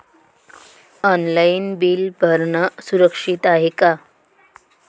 Online bill भरनं सुरक्षित हाय का?